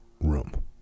room